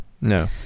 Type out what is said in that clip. No